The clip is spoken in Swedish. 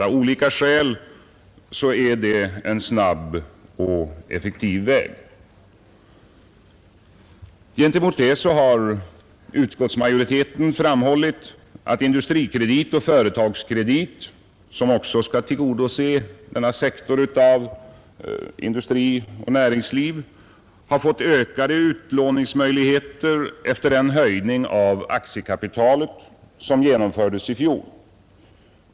Av olika skäl är det en snabb och effektiv väg. Gentemot det har utskottsmajoriteten framhållit att Industrikredit och Företagskredit, som också skall tillgodose denna sektor av industri och näringsliv, har fått ökade utlåningsmöjligheter efter den höjning av aktiekapitalet som genomfördes i fjol.